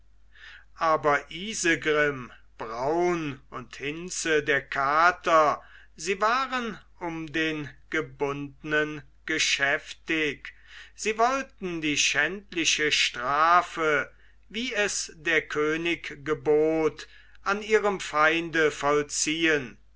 aber isegrim braun und hinze der kater sie waren um den gebundnen geschäftig sie wollten die schändliche strafe wie es der könig gebot an ihrem feinde vollziehen